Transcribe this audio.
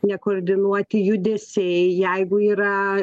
nekoordinuoti judesiai jeigu yra